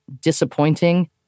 disappointing